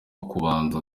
kubanza